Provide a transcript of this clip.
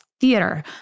theater